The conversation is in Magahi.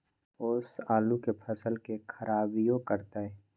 ओस आलू के फसल के खराबियों करतै?